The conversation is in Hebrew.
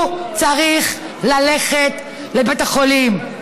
הוא צריך ללכת לבית החולים,